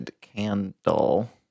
candle